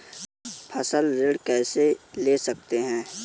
फसल ऋण कैसे ले सकते हैं?